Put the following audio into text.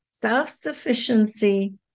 self-sufficiency